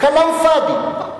כלאם פאד'י.